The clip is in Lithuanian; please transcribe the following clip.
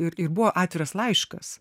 ir buvo atviras laiškas